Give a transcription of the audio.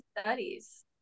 studies